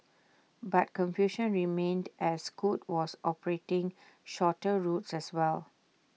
but confusion remained as scoot was operating shorter routes as well